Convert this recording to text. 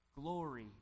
glory